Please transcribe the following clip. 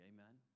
Amen